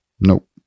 Nope